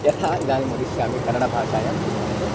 यथा इदानीं वदिष्यामि कन्नडभाषायां श्रुण्वन्तु